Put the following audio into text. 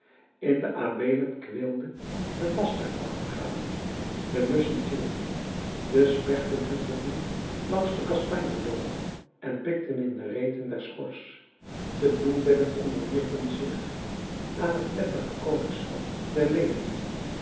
in de abeelen kweelden de bastaardnachtegalen de musschen tjilpten de spechten huppelden langs de kastanjeboomen en pikten in de reten der schors de bloembedden onderwierpen zich aan het wettige koningschap der leliën